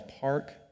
Park